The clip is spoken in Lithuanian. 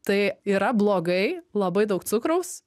tai yra blogai labai daug cukraus